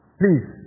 please